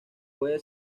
puede